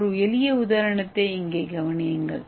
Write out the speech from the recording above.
ஒரு எளிய உதாரணத்தை இங்கே கவனியுங்கள்